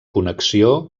connexió